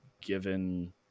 given –